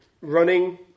running